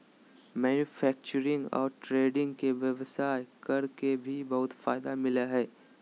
manufacturing और trading के व्यवसाय कर के भी बहुत फायदा मिलय हइ